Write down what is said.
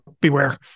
beware